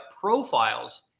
profiles